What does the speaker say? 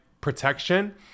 protection